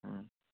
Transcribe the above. ꯎꯝ